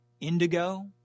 indigo